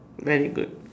very good